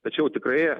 tačiau tikrai